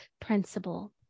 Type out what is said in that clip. principle